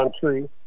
country